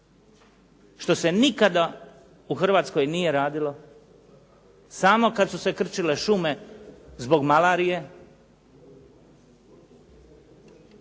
što se nikada u Hrvatskoj nije radilo. Samo kad su se krčile šume zbog malarije.